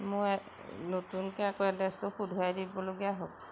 মই নতুনকৈ আকৌ এড্ৰেছটো শুধৰাই দিবলগীয়া হ'ল